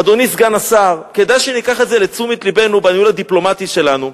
אדוני סגן השר: כדאי שניקח את זה לתשומת לבנו בניהול הדיפלומטי שלנו,